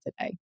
today